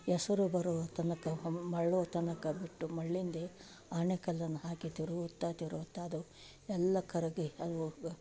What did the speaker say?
ಎಸರು ಬರೋ ತನಕ ಮಳ್ಳೊ ತನಕ ಬಿಟ್ಟು ಮಳ್ಳಿಂದಿ ಆಣೆಕಲ್ಲನ್ನ ಹಾಕಿ ತಿರುವುತ್ತಾ ತಿರುವುತ್ತಾ ಅದು ಎಲ್ಲ ಕರಗಿ